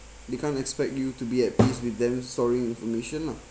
they can't expect you to be at peace with them sorry information lah